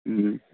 ꯎꯝ